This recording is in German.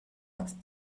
was